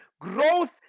growth